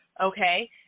Okay